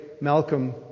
malcolm